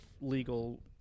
legal